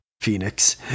Phoenix